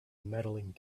medaling